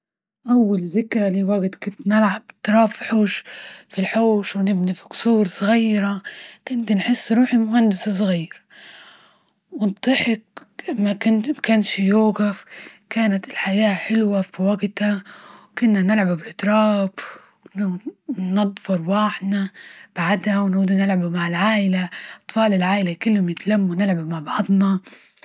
اول ذكري لوجت كنت نلعب فالحوش -في الحوش، ونبني في جصور صغيرة ،كنت نحس روحي مهندس صغير، والضحك ما كنش يوقف كانت الحياة حلوة في وجتها، وكنا نلعب بالإتراب، وننضف أرواحنا بعدها ونعود نلعب مع العائلة، أطفال العائلة كلهم يتلموا نلعب مع بعضنا.